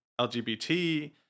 LGBT